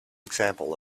example